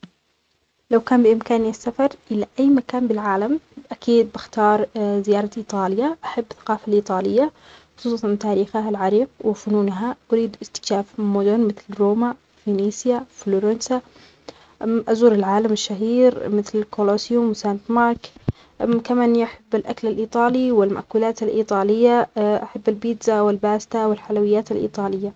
إذا كان بإمكاني السفر إلى أي مكان بالعالم أختار زيارة إيطاليا أحب الثقافة الإيطالية خصوصا تاريخها العريق وفنونها، أريد إستكشاف مدن مثل روما فينيسيا فلورنسا أزور العالم الشهير مثل كولوسيوم وسانت مارك أحب الأكل الإيطالي والمأكولات الإيطالية أحب البيتزا والباستا والحلويات الإيطالية.